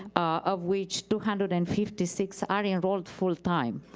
of which two hundred and fifty six are enrolled full time.